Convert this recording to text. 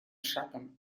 шагом